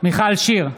מיכל שיר סגמן,